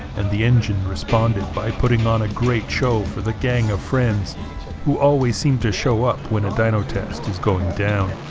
and the engine responded by putting on a great show for the gang of friends who always seem to show up when a dyno test is going down.